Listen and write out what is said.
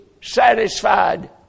satisfied